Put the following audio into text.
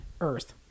earth